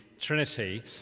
Trinity